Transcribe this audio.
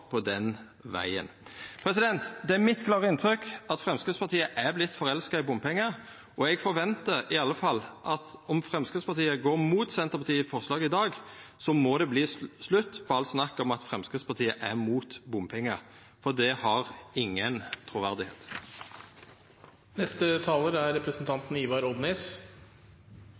på den vegen. Det er mitt klare inntrykk at Framstegspartiet har vorte forelska i bompengar. Eg forventar i alle fall at om Framstegspartiet går mot Senterpartiets forslag i dag, må det verta slutt på alt snakk om at Framstegspartiet er mot bompengar, for det har ikkje noko truverde. Senterpartiet fremja dette representantforslaget med bakgrunn i at vi er